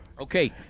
Okay